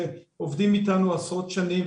שעובדות איתנו עשרות שנים,